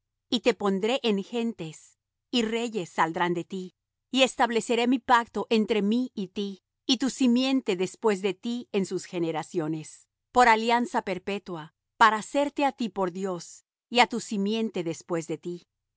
y te pondré en gentes y reyes saldrán de ti y estableceré mi pacto entre mí y ti y tu simiente después de ti en sus generaciones por alianza perpetua para serte á ti por dios y á tu simiente después de ti y